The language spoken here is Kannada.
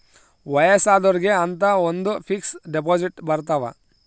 ವಯಸ್ಸಾದೊರ್ಗೆ ಅಂತ ಒಂದ ಫಿಕ್ಸ್ ದೆಪೊಸಿಟ್ ಬರತವ